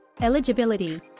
Eligibility